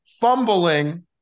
fumbling